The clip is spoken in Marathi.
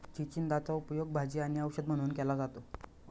चिचिंदाचा उपयोग भाजी आणि औषध म्हणून केला जातो